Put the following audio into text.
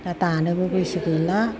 दा दानोबो गोसो गैला